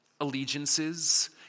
allegiances